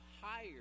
higher